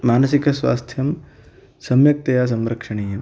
मानसिकस्वास्थ्यं सम्यक्तया संरक्षणीयम्